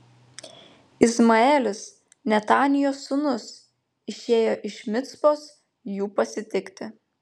izmaelis netanijo sūnus išėjo iš micpos jų pasitikti